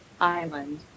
island